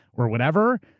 or whatever,